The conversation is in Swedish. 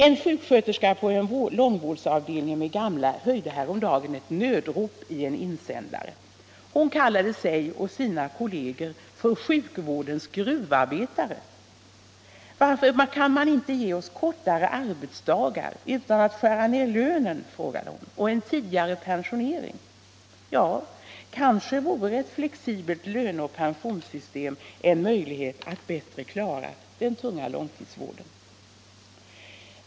En sjuksköterska på en långvårdsavdelning med gamla höjde häromdagen ett nödrop i en insändare. Hon kallade sig och sina kolleger för sjukvårdens gruvarbetare. Varför kan man inte ge oss kortare arbetsdagar utan att skära ned lönen, frågade hon, och en tidigare pensionering? Ja, kanske vore ett flexibelt löne och pensionssystem en möjlighet att bättre klara den tunga långtidsvården.